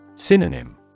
Synonym